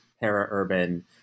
para-urban